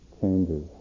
changes